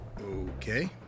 Okay